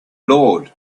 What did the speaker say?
lord